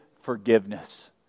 forgiveness